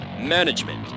management